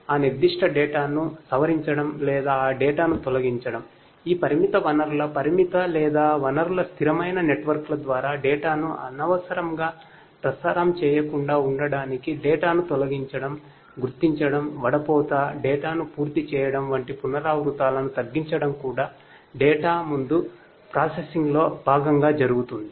ఈ పరిమిత వనరుల పరిమిత లేదా వనరుల స్థిరమైన నెట్వర్క్ల ద్వారా డేటా ముందు ప్రాసెసింగ్లో భాగంగా జరుగుతుంది